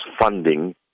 funding